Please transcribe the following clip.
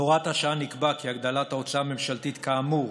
בהוראת השעה נקבע כי הגדלת ההוצאה הממשלתית כאמור